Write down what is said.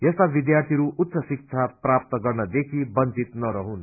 यस्ता विध्यार्थीहरू उच्च शिक्षा प्राप्त गर्न देखि बंचित नरहुन्